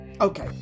Okay